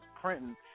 printing